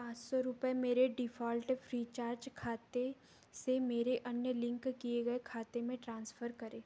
पाँच सौ रुपये मेरे डिफ़ॉल्ट फ़्रीचार्ज खाते से मेरे अन्य लिंक किए गए खाते में ट्रांसफर करें